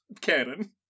canon